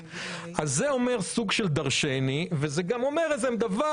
זה אומר סוג של דרשני וזה גם אומר איזה דבר,